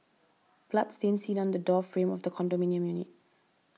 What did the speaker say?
blood stain seen on the door frame of the condominium unit